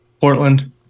Portland